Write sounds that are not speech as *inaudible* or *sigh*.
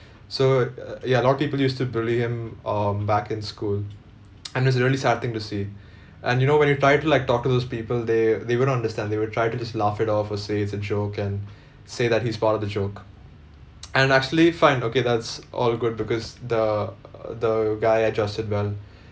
so uh ya a lot people used to bully him um back in school *noise* and it was a really sad thing to see and you know when you try to like talk to those people they they wouldn't understand they would try to just laugh it off or say it's a joke and say that he's part of the joke *noise* and actually fine okay that's all good because the uh the guy adjusted well